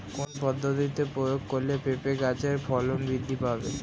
কোন পদ্ধতি প্রয়োগ করলে পেঁপে গাছের ফলন বৃদ্ধি পাবে?